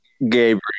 Gabriel